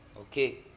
Okay